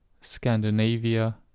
Scandinavia